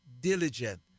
diligent